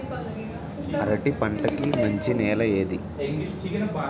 అరటి పంట కి మంచి నెల ఏది?